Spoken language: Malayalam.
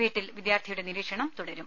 വീട്ടിൽ വിദ്യാർഥി യുടെ നിരീക്ഷണം തുടരും